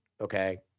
Okay